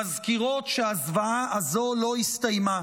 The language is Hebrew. מזכירות שהזוועה הזו לא הסתיימה.